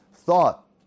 thought